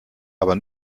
aber